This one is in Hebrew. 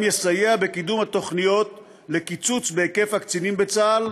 יסייע בקידום התוכניות לקיצוץ בהיקף הקצינים בצה"ל,